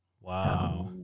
Wow